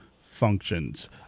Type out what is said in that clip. functions